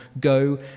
go